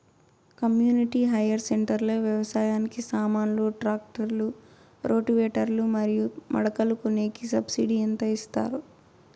community hire centre లో వ్యవసాయానికి సామాన్లు ట్రాక్టర్లు రోటివేటర్ లు మరియు మడకలు కొనేకి సబ్సిడి ఎంత ఇస్తారు